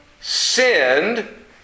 sinned